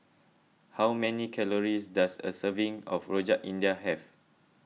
how many calories does a serving of Rojak India have